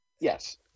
Yes